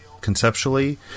conceptually